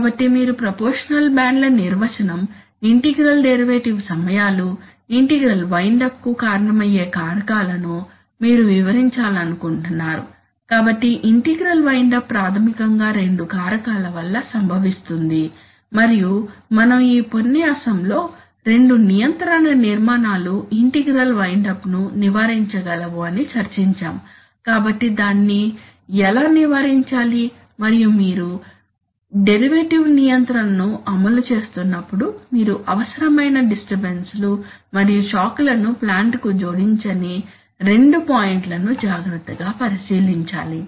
కాబట్టి మీరు ప్రపోర్షషనల్ బ్యాండ్ల నిర్వచనం ఇంటిగ్రల్ డెరివేటివ్ సమయాలు ఇంటిగ్రల్ వైండ్ అప్కు కారణమయ్యే కారకాలను మీరు వివరించాలనుకుంటున్నారు కాబట్టి ఇంటిగ్రల్ వైండ్ అప్ ప్రాథమికంగా రెండు కారకాల వల్ల సంభవిస్తుంది మరియు మనం ఈ ఉపన్యాసంలో రెండు నియంత్రణ నిర్మాణాలు ఇంటిగ్రల్ వైండ్ అప్ను నివారించగలవు అని చర్చించాము కాబట్టి దాన్ని ఎలా నివారించాలి మరియు మీరు డెరివేటివ్ నియంత్రణను అమలు చేస్తున్నప్పుడు మీరు అనవసరమైన డిస్టర్బన్స్ లు మరియు షాక్లను ప్లాంట్ కు జోడించని రెండు పాయింట్లను జాగ్రత్తగా పరిశీలించాలి